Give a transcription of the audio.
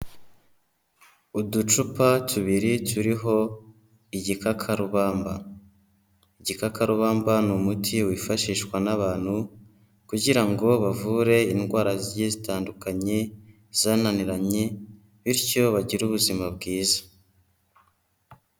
Uducupa tubiri turiho igikakarubamba, igikakarubamba ni umuti wifashishwa n'abantu kugira ngo bavure indwara zitandukanye zananiranye bityo bagire ubuzima bwiza.